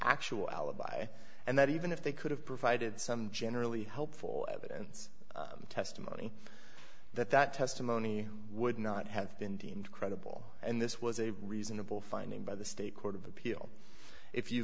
actual alibi and that even if they could have provided some generally helpful evidence testimony that that testimony would not have been deemed credible and this was a reasonable finding by the state court of appeal if you